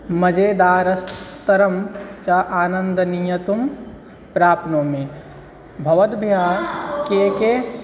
मजेदारस्तरं च आनन्दं नीयतुं प्राप्नोमि भवद्भ्यः के के